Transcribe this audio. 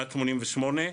שנת 88',